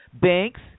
Banks